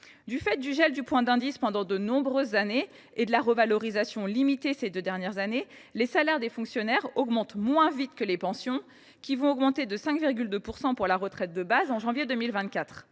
Du fait du gel du point d’indice pendant de nombreuses années et de la revalorisation limitée de ces deux dernières années, les salaires des fonctionnaires augmentent moins vite que les pensions, qui vont connaître une hausse de 5,2 %, pour la retraite de base, en janvier 2024.